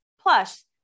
Plus